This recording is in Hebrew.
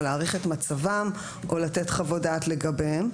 להעריך את מצבם או לתת חוות דעת לגביהם,